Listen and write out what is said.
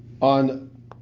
on